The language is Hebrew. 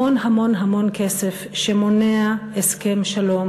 המון המון המון כסף שמונע הסכם שלום